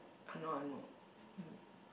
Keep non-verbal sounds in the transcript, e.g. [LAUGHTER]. I know I know [NOISE]